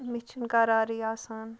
مےٚ چھِنہٕ قرارٕے آسان